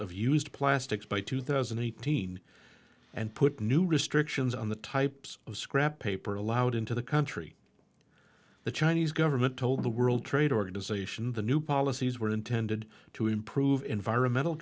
of used plastics by two thousand and eighteen and put new restrictions on the types of scrap paper allowed into the country the chinese government told the world trade organization the new policies were intended to improve environmental